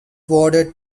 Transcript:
bordered